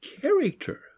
character